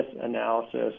analysis